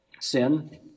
sin